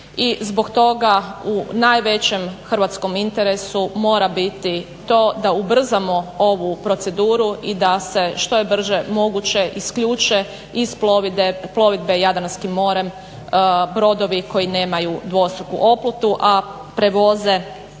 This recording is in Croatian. zbog toga u najvećem hrvatskom interesu mora biti to da ubrzamo ovu proceduru i da se što je brže moguće isključe iz plovidbe Jadranskim morem brodovi koji nemaju dvostruku oplatu a prevoze